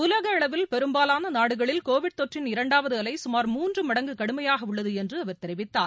உலக அளவில் பெரும்பாவான நாடுகளில் கோவிட் நோய் தொற்றின் இரண்டாவது அலை சுமார் மூன்று மடங்கு கடுமையாக உள்ளது என்று அவர் தெரிவித்தார்